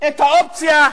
את האופציה הזאת.